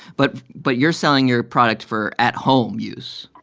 but but you're selling your product for at-home use